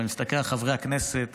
ואני מסתכל על חברי הכנסת